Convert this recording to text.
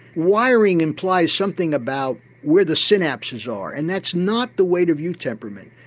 wiring implies something about where the synapses are and that's not the way to view temperament.